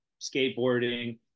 skateboarding